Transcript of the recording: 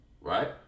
Right